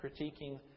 critiquing